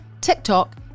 TikTok